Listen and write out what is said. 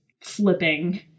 flipping